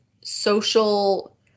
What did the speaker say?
social